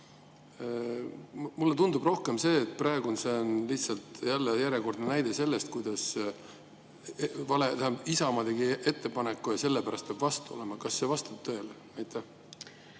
Mulle tundub rohkem, et praegu on see lihtsalt jälle järjekordne näide sellest, kuidas Isamaa tegi ettepaneku ja selle pärast peab vastu olema. Kas see vastab tõele?